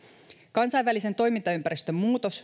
kansainvälisen toimintaympäristön muutos